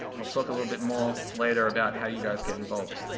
i'll talk a little bit more later about how you guys get involved.